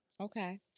Okay